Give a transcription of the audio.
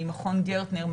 ממכון גרטנר,